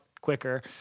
quicker